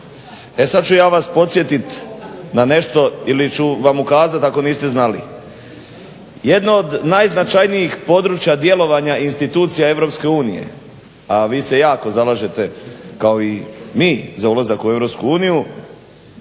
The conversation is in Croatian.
E sad ću ja vas podsjetit na nešto ili ću vam ukazat ako niste znali. Jedno od najznačajnijih područja djelovanja institucija EU a vi se jako zalažete kao i mi za ulazak u EU,